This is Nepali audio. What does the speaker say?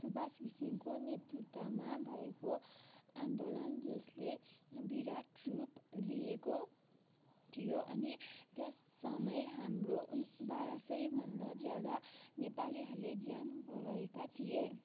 सुभाष घिसिङको नेतृत्वमा भएको आन्दोलन जसले विराट रूप लिएको थियो अनि त्यस समय हाम्रो उनै बाह्र सय भन्दा ज्यादा नेपालीहरूले ज्यान गुमाएका थिए